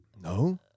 No